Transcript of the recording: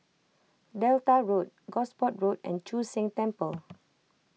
Delta Road Gosport Road and Chu Sheng Temple